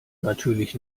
natürlich